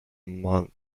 month